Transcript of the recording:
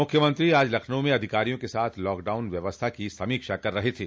मुख्यमंत्री आज लखनऊ में अधिकारियों के साथ लॉकडाउन व्यवस्था की समीक्षा कर रहे थे